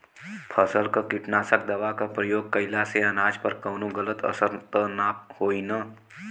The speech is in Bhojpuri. फसल पर कीटनाशक दवा क प्रयोग कइला से अनाज पर कवनो गलत असर त ना होई न?